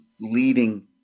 leading